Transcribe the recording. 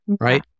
right